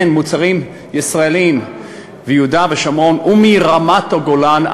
מוצרים ישראליים מיהודה ושומרון ומרמת-הגולן,